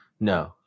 No